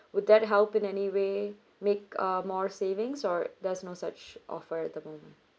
would that help in any way make uh more savings or there's no such offer at the moment